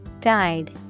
Guide